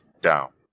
down